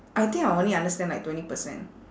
I think I only understand like twenty percent